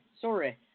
sorry